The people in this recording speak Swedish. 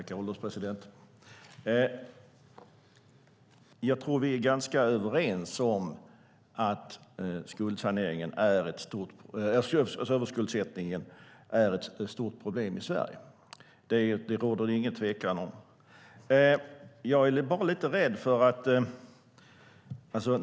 Herr ålderspresident! Jag tror att vi är ganska överens om att överskuldsättningen är ett stort problem i Sverige. Det råder det ingen tvekan om.